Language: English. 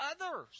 others